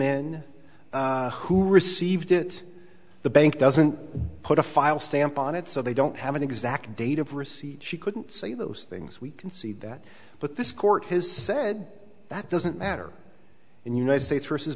in who received it the bank doesn't put a file stamp on it so they don't have an exact date of receipt she couldn't say those things we can see that but this court has said that doesn't matter in the united states versus